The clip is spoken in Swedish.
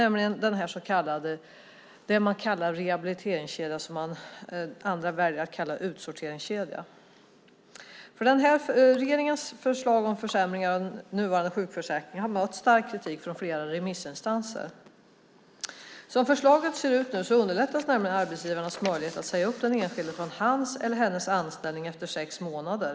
Man kallar det en rehabiliteringskedja, men andra väljer att kalla det en utsorteringskedja. Regeringens förslag om försämringar av den nuvarande sjukförsäkringen har mött stark kritik från flera remissinstanser. Som förslaget ser ut nu underlättas nämligen arbetsgivarnas möjlighet att säga upp den enskilde från hans eller hennes anställning efter sex månader.